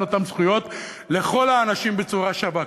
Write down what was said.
אותן זכויות לכל האנשים בצורה שווה.